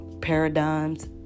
paradigms